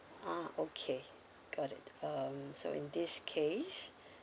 ah okay got it um so in this case